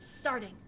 starting